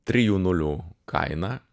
trijų nulių kainą